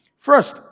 First